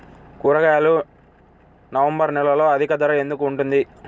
కూరగాయలు నవంబర్ నెలలో అధిక ధర ఎందుకు ఉంటుంది?